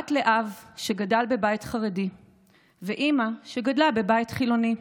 בת לאב שגדל בבית חרדי ואימא שגדלה בבית חילוני.